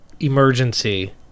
Emergency